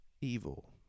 evil